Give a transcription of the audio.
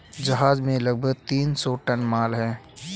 जहाज में लगभग तीन सौ टन माल है